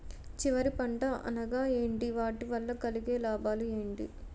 చివరి పంట అనగా ఏంటి వాటి వల్ల కలిగే లాభాలు ఏంటి